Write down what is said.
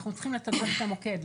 אנחנו צריכים לתדרך את המוקד,